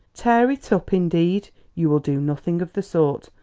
tear it up indeed, you will do nothing of the sort!